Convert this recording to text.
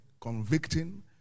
convicting